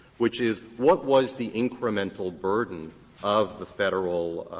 which is what was the incremental burden of the federal,